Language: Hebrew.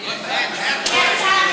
התשע"ה